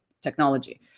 technology